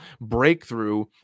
breakthrough